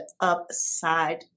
upside